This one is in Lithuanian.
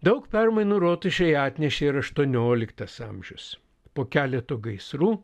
daug permainų rotušei atnešė ir aštuonioliktas amžius po keleto gaisrų